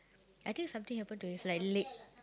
I think something happen to his like leg